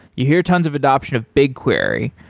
you hear tons of adoption of bigquery.